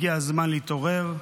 הגיע הזמן להתעורר.